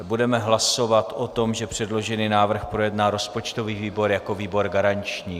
Budeme hlasovat o tom, že předložený návrh projedná rozpočtový výbor jako výbor garanční.